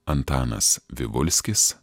antanas vivulskis